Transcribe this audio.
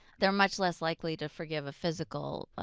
they're much less likely to forgive a physical,